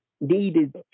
needed